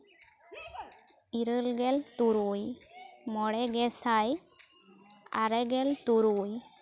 ᱤᱨᱟ ᱞ ᱜᱮᱞ ᱛᱩᱨᱩᱭ ᱢᱚᱬᱮ ᱜᱮᱥᱟᱭ ᱟᱨᱮ ᱜᱮᱞ ᱛᱩᱨᱩᱭ